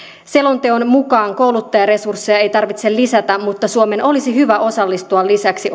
selonteon mukaan kouluttajaresursseja ei tarvitse lisätä mutta suomen olisi hyvä osallistua lisäksi